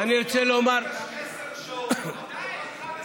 שעות ישבנו.